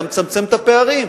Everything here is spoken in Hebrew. אתה מצמצם את הפערים.